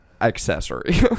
accessory